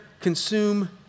consume